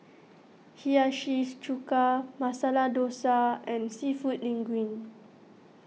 Hiyashi Chuka Masala Dosa and Seafood Linguine